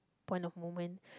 point of moment